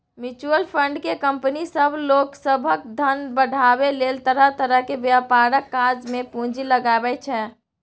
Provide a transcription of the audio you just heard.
mutual fund केँ company सब लोक सभक धन बढ़ाबै लेल तरह तरह के व्यापारक काज मे पूंजी लगाबै छै